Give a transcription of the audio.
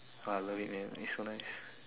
!wah! love it man it's so nice